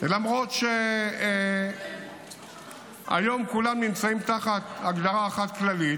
למרות שהיום כולם נמצאים תחת הגדרה אחת כללית